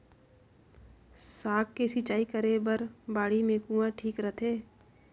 साग के सिंचाई करे बर बाड़ी मे कुआँ ठीक रहथे?